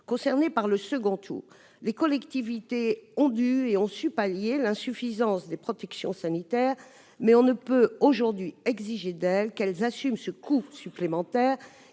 concernées par le second tour. Les collectivités ont dû et ont su pallier l'insuffisance des protections sanitaires, mais on ne peut aujourd'hui exiger d'elles qu'elles assument ce coût supplémentaire,